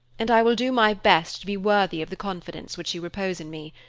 and i will do my best to be worthy of the confidence which you repose in me.